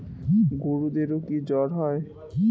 গরুদেরও কি জ্বর হয়?